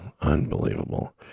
unbelievable